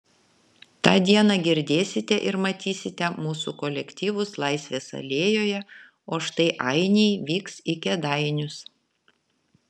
tą dieną girdėsite ir matysite mūsų kolektyvus laisvės alėjoje o štai ainiai vyks į kėdainius